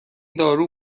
دارو